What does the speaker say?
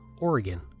Oregon